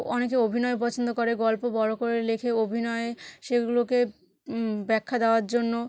অনেকে অভিনয় পছন্দ করে গল্প বড়ো করে লেখে অভিনয় সেগুলোকে ব্যাখ্যা দেওয়ার জন্য